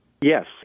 Yes